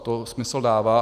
To smysl dává.